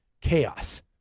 chaos